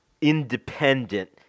independent